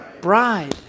bride